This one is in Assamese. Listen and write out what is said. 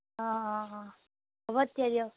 অঁ অঁ অঁ হ'ব তেতিয়া দিয়ক